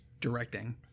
directing